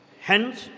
Hence